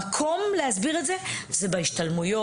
המקום להסביר את זה הוא בהשתלמויות.